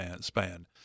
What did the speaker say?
span